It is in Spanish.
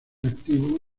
activo